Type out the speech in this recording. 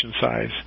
size